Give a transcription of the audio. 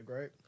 right